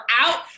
out